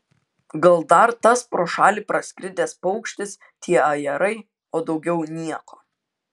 gal dar tas pro šalį praskridęs paukštis tie ajerai o daugiau nieko